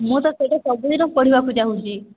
ମୁଁ ତ ସେଇଟା ସବୁଦିନ ପଢ଼ିବାକୁ ଚାହୁଁଛି